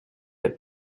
had